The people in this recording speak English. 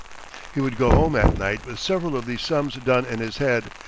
he would go home at night with several of these sums done in his head,